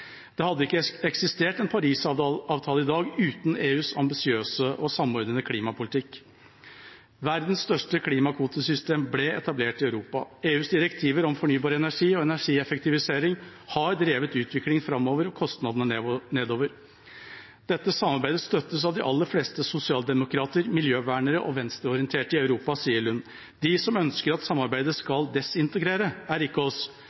Det hadde ikke eksistert en Paris-avtale i dag uten EUs ambisiøse og samordnede klimapolitikk. Verdens største klimakvotesystem ble etablert i Europa. EUs direktiver om fornybar energi og energieffektivisering har drevet utviklingen framover og kostnadene nedover. Dette samarbeidet støttes av de aller fleste sosialdemokrater, miljøvernere og venstreorienterte i Europa. De som ønsker at samarbeidet skal desintegrere, er ikke oss,